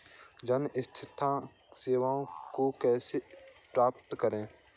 जन स्वास्थ्य सेवाओं को कैसे प्राप्त करें?